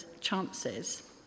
chances